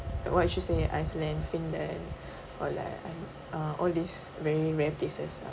like what you say iceland finland or like um uh all these very rare places lah